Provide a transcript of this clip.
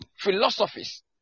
philosophies